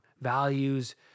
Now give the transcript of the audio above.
values